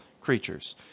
creatures